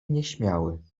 nieśmiały